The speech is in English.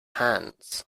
hands